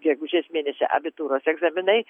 gegužės mėnesį abitūros egzaminai